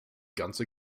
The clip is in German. ganze